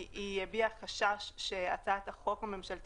היא הביעה חשש שהצעת החוק הממשלתית,